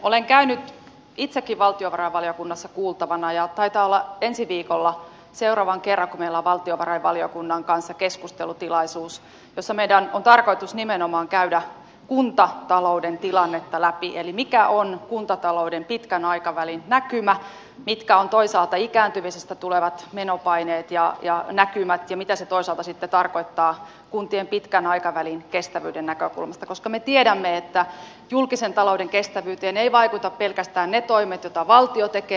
olen käynyt itsekin valtiovarainvaliokunnassa kuultavana ja taitaa olla ensi viikolla seuraava kerta kun meillä on valtiovarainvaliokunnan kanssa keskustelutilaisuus jossa meidän on tarkoitus nimenomaan käydä kuntatalouden tilannetta läpi eli mikä on kuntatalouden pitkän aikavälin näkymä mitkä ovat toisaalta ikääntymisestä tulevat menopaineet ja näkymät ja mitä se toisaalta sitten tarkoittaa kuntien pitkän aikavälin kestävyyden näkökulmasta koska me tiedämme että julkisen talouden kestävyyteen eivät vaikuta pelkästään ne toimet joita valtio tekee